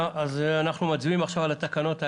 אנחנו מצביעים על התקנות האלה,